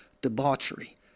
debauchery